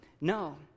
No